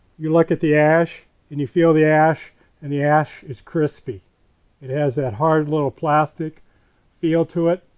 you look at the ash and you feel the ash and the ash is crispy it has that hard little plastic feel to it,